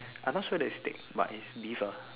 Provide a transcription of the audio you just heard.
I'm not sure whether it's steak but it's beef ah